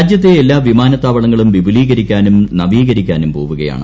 രാജ്യത്തെ എല്ലാ വിമാനത്താവളങ്ങളും വിപുലീകരിക്കാനും നവീകരിക്കാനും പോവുകയാണ്